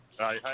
Hi